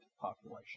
population